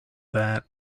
that